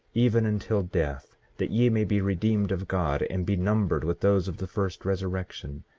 even until death, that ye may be redeemed of god, and be numbered with those of the first resurrection,